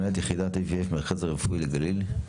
מנהלת יחידת ה-IVF מרכז רפואי גליל.